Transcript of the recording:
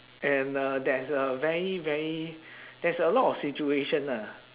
and uh there's a very very there's a lot of situation ah